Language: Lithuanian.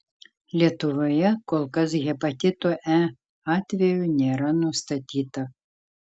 lietuvoje kol kas hepatito e atvejų nėra nustatyta